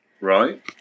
Right